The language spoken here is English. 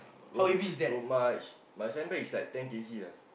uh road march my sandbag is like ten K_G ah